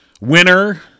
winner